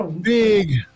big